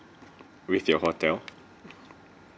with your hotel